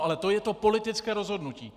Ale to je to politické rozhodnutí.